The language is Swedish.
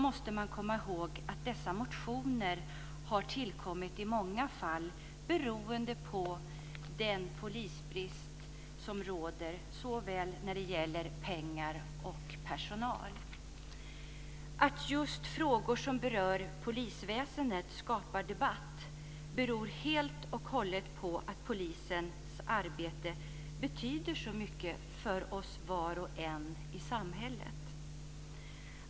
Dessa motioner har i många fall tillkommit på grund av den polisbrist som råder när det gäller såväl pengar som personal. Att just frågor som berör polisväsendet skapar debatt beror helt och hållet på att polisens arbete betyder så mycket för var och en i samhället.